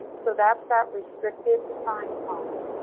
so that's that restricted assigned column.